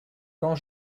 quand